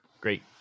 Great